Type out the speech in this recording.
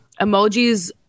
emojis